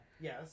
Yes